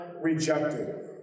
rejected